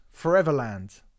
foreverland